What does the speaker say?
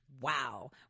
Wow